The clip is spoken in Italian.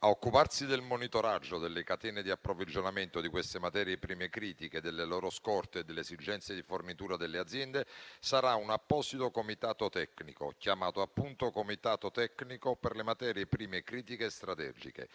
A occuparsi del monitoraggio delle catene di approvvigionamento di queste materie prime critiche, delle loro scorte e delle esigenze di fornitura delle aziende sarà un apposito comitato tecnico, chiamato appunto Comitato tecnico per le materie prime critiche strategiche,